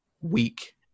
weak